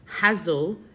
Hazel